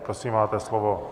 Prosím, máte slovo.